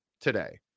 today